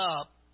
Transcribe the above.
up